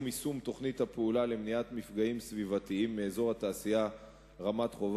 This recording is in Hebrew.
יישום תוכנית הפעולה למניעת מפגעים סביבתיים מאזור התעשייה רמת-חובב.